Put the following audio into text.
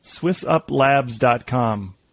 SwissUpLabs.com